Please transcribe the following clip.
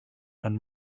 and